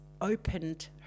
opened